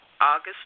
August